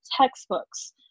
textbooks